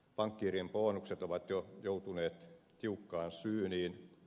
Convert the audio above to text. pankkiirien bonukset ovat jo joutuneet tiukkaan syyniin